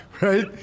Right